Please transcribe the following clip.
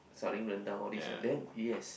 selling rendang all this like then yes